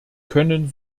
können